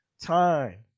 Time